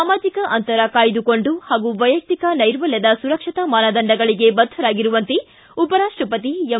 ಸಾಮಾಜಿಕ ಅಂತರ ಕಾಯ್ದುಕೊಂಡು ಹಾಗೂ ವೈಯಕ್ತಿಕ ನೈರ್ಮಲ್ಯದ ಸುರಕ್ಷತಾ ಮಾನದಂಡಗಳಿಗೆ ಬದ್ದರಾಗಿರುವಂತೆ ಉಪರಾಷ್ಷಪತಿ ಎಂ